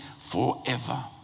forever